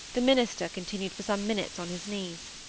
the minister continued for some minutes on his knees.